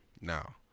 now